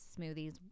smoothies